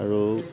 আৰু